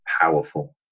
powerful